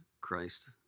Christ